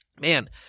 man